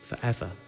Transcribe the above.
forever